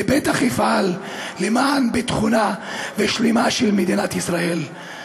לבטח אפעל למען ביטחונה ושלומה של מדינת ישראל.